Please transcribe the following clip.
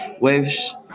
Waves